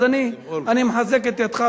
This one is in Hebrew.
אז אני מחזק את ידיך,